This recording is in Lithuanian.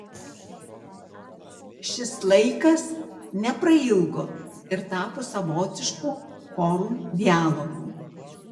šis laikas neprailgo ir tapo savotišku chorų dialogu